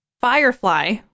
Firefly